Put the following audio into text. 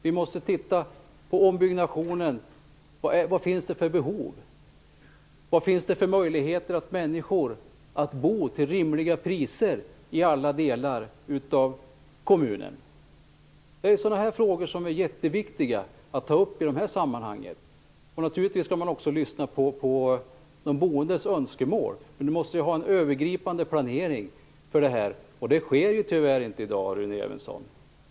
Vidare måste vi titta på ombyggnationen och undersöka vilka behov som finns. Vilka möjligheter har människor att bo till ett rimligt pris? Det gäller då i alla delar av en kommun. Den sortens frågor är det mycket viktigt att ta upp i dessa sammanhang. Naturligtvis skall man också lyssna på de boendes önskemål, men det måste finnas en övergripande planering. Så är det tyvärr inte i dag, Rune Evensson!